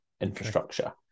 infrastructure